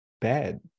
bad